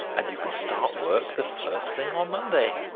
and you can start work the first thing on monday.